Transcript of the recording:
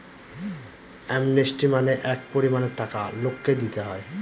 amnesty মানে এক পরিমানের টাকা লোককে দিতে হয়